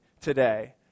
today